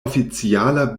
oficiala